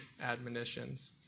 admonitions